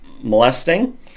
molesting